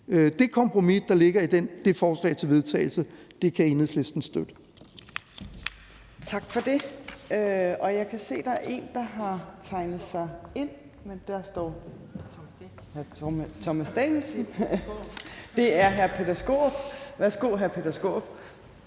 Det kompromis, der ligger i det forslag til vedtagelse, kan Enhedslisten støtte.